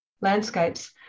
landscapes